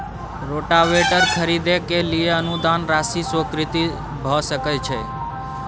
Rotavator खरीदे के लिए अनुदान राशि स्वीकृत भ सकय छैय?